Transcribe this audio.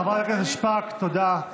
חברת הכנסת שפק, תודה.